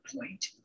point